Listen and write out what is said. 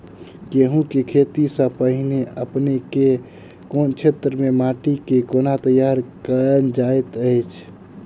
गेंहूँ केँ खेती सँ पहिने अपनेक केँ क्षेत्र मे माटि केँ कोना तैयार काल जाइत अछि?